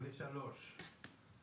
בסוף התוצאה היא שאנחנו לא מגיעים לאותם